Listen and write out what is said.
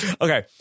Okay